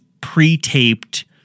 pre-taped